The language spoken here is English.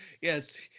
Yes